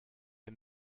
der